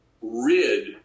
rid